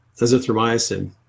azithromycin